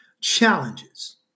challenges